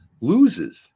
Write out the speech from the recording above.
loses